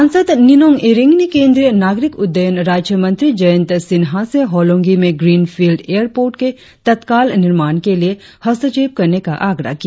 सांसद निनोंग ईरिंग ने केंद्रीय नागरिक उड्डयन राज्य मंत्री जयंत सिन्हा से होलोंगी में ग्रीनफिल्ड एयर पोर्ट के तत्काल निर्माण के लिए हस्तक्षेप करने का आग्रह किया